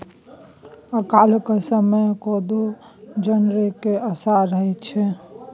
अकालक समय कोदो जनरेके असरा रहैत छै